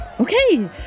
Okay